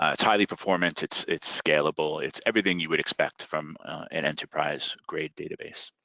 ah it's highly performant, it's it's scalable, it's everything you would expect from an enterprise-grade database.